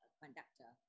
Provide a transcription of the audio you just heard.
conductor